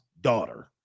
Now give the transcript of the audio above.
daughter